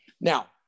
Now